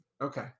Okay